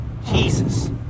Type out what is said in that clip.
Jesus